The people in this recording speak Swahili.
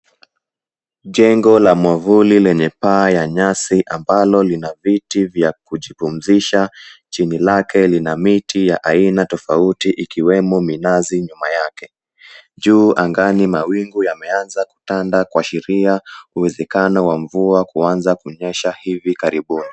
Jengo la mwavuli lenye paa ya nyasi ambalo lina viti vya kujipumzisha chini lake lina miti ya aina tofauti ikiwemo minazi nyuma yake. Juu angani mawingu yameanza kutanda kuashiria uwezekano wa mvua kuanza kunyesha hivi karibuni.